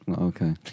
Okay